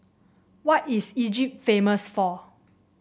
what is Egypt famous for